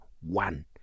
one